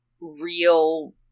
real